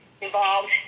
involved